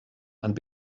and